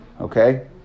Okay